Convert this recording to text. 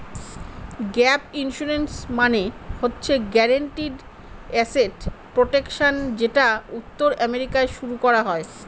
gap insurance মানে হচ্ছে guaranteed asset protection যেটা উত্তর আমেরিকায় শুরু করা হয়